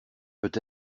peut